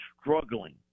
struggling